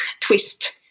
twist